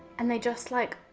and they just like,